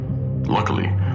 Luckily